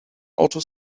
auto